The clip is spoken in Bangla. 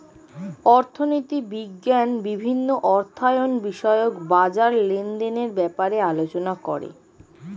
অর্থনীতি বিজ্ঞান বিভিন্ন অর্থায়ন বিষয়ক বাজার লেনদেনের ব্যাপারে আলোচনা করে